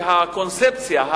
שהקונספציה,